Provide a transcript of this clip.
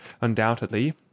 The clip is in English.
Undoubtedly